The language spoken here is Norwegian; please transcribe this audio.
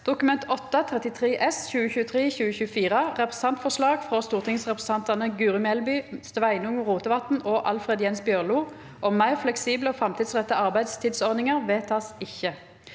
Dokument 8:33 S (2023–2024) – Representantforslag fra stortingsrepresentantene Guri Melby, Sveinung Rotevatn og Alfred Jens Bjørlo om mer fleksible og fremtidsrettede arbeidstidsordninger – vedtas ikke.